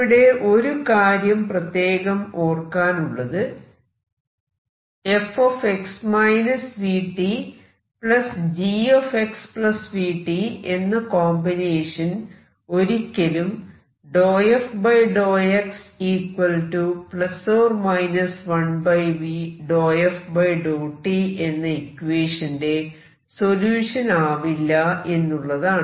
ഇവിടെ ഒരു കാര്യം പ്രത്യേകം ഓർക്കാനുള്ളത് fx vtgxvt എന്ന കോമ്പിനേഷൻ ഒരിക്കലും ∂f∂x±1v∂f∂t എന്ന ഇക്വേഷന്റെ സൊല്യൂഷൻ ആവില്ല എന്നുള്ളതാണ്